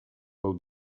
will